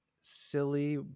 silly –